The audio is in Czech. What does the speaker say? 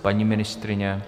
Paní ministryně?